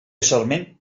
sarment